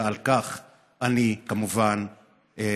ועל כך אני כמובן מטיף.